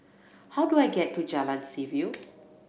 how do I get to Jalan Seaview